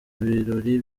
birori